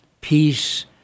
peace